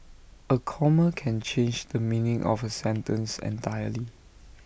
A comma can change the meaning of A sentence entirely